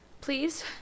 please